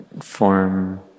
form